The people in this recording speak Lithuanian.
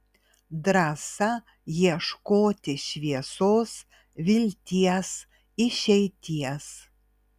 drąsa ieškoti šviesos vilties išeities